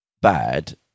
bad